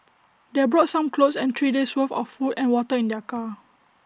they brought some clothes and three days' worth of food and water in their car